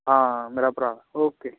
ਹਾਂ ਮੇਰਾ ਭਰਾ ਓਕੇ